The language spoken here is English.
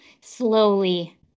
Slowly